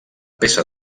peça